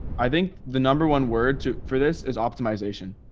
i think the number one word for this is optimization.